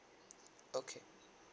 okay